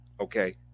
Okay